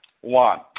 one